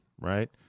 right